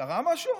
קרה משהו?